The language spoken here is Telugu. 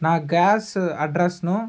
నా గ్యాస్ అడ్రస్ను